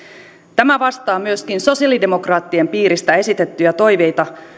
tämä vastaa myöskin sosialidemokraattien piiristä esitettyjä toiveita